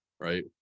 right